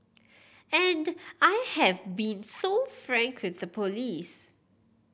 and I have been so frank with the police